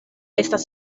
estas